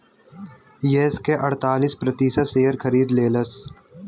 yes के अड़तालीस प्रतिशत शेअर खरीद लेलस